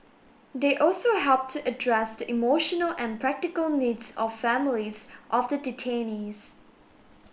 they also helped to address the emotional and practical needs of families of the detainees